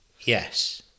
Yes